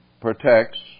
protects